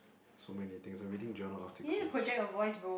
so many things I reading journal articles